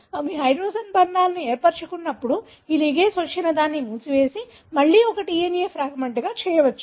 అవి హైడ్రోజన్ బంధాలను ఏర్పరుచుకున్నప్పుడు ఈ లిగేస్ వచ్చి దానిని మూసివేసి మళ్లీ ఒకే DNA ఫ్రాగ్మెంట్గా చేయవచ్చు